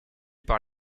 par